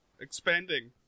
expanding